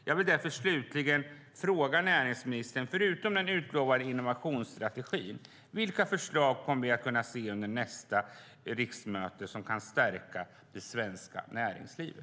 Jag vill därför slutligen fråga näringsministern: Förutom den utlovade innovationsstrategin, vilka förslag som kan stärka det svenska näringslivet kommer under nästa riksmöte?